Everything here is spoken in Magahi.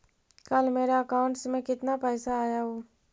कल मेरा अकाउंटस में कितना पैसा आया ऊ?